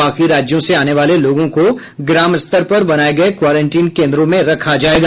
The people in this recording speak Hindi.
बाकी राज्यों से आने वाले लोगों को ग्राम स्तर पर बनाये गए क्वारेंटीन केंद्रों में रखा जाएगा